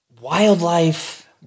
wildlife